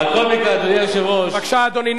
על כל מקרה, אדוני היושב-ראש, בבקשה, אדוני.